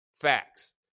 Facts